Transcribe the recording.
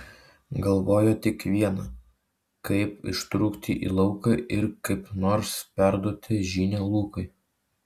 galvojo tik viena kaip ištrūkti į lauką ir kaip nors perduoti žinią lukui